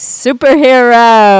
superhero